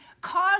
cause